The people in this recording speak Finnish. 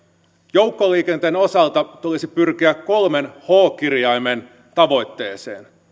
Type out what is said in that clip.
joukkoliikenteen osalta tulisi pyrkiä kolmen h kirjaimen tavoitteeseen